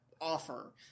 offer